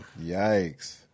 Yikes